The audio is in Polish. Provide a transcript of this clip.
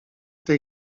tej